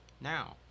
now